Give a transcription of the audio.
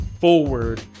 forward